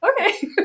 okay